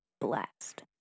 blast